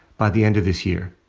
by the end of this year.